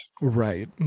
right